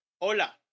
hola